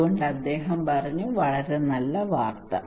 അതുകൊണ്ട് അദ്ദേഹം പറഞ്ഞു വളരെ നല്ല വാർത്ത